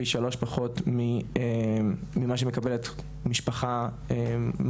פי 3 פחות ממה שמקבלת משפחה ממוצעת